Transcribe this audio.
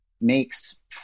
makes